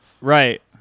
Right